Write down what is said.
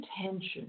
intention